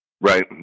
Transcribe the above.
Right